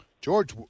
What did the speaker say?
George